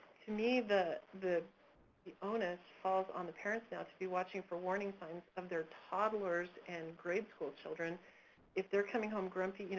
to me, the the the ownness falls on the parents now to be watching for warning signs of their toddlers and grade school children if they're coming home grumpy,